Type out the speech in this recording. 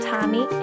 Tommy